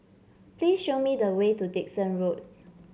please show me the way to Dickson Road